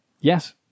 Yes